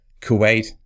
Kuwait